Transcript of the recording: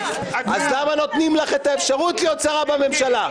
מיקי --- אז למה נותנים לך את האפשרות להיות שרה בממשלה?